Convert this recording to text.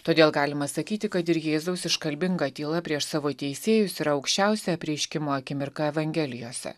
todėl galima sakyti kad ir jėzaus iškalbinga tyla prieš savo teisėjus yra aukščiausia apreiškimo akimirka evangelijose